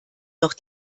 noch